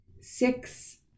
six